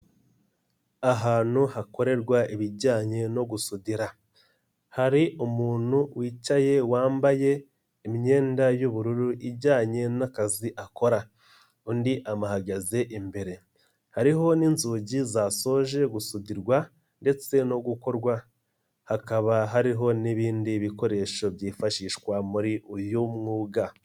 Ahantu hakorerwa ibijyanye no gusudira hari umuntu wicaye wambaye imyenda y'ubururu ijyanye n'akazi akora undi ahahagaze imbere hariho n'inzugi zasoje gusudirwa ndetse no gukorwa hakaba hariho n'ibindi bikoresho byifashishwa muri uyu mwuga.